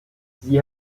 sie